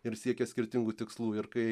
ir siekia skirtingų tikslų ir kai